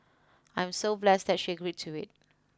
I'm so blessed that she agreed to it